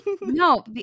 No